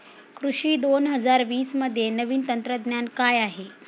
कृषी दोन हजार वीसमध्ये नवीन तंत्रज्ञान काय आहे?